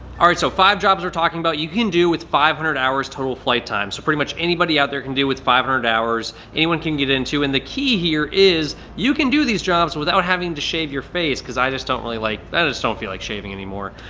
alright so five jobs we're talking about you can do with five hundred hours total flight time. so pretty much anybody out there can do with five hundred hours. anyone can get into and the key here is you can do these jobs without having to shave your face because i just don't really like that. just don't feel like shaving anymore,